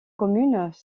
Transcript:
communes